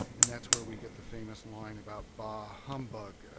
and that's where we get the famous line about bah! humbug!